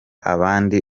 abandi